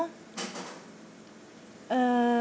uh